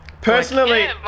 Personally